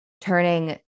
turning